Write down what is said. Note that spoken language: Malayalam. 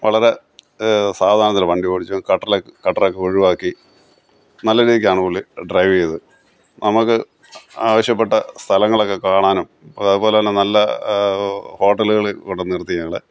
വളരെ സാവധാനത്തിലാണ് വണ്ടി ഓടിച്ചത് ഖട്ടറിൽ ഖട്ടറൊക്കെ ഒഴിവാക്കി നല്ലരീതിക്കാണ് പുള്ളി ഡ്രൈവ് ചെയ്തത് നമുക്ക് ആവശ്യപ്പെട്ട സ്ഥലങ്ങളൊക്കെ കാണാനും അതേപോലെ തന്നെ നല്ല ഹോട്ടലുകളിൽ കൊണ്ടുനിർത്തി ഞങ്ങളെ